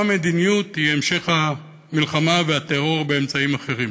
גם המדיניות היא המשך המלחמה והטרור באמצעים אחרים.